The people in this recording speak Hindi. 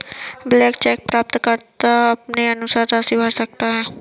ब्लैंक चेक प्राप्तकर्ता अपने अनुसार राशि भर सकता है